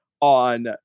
on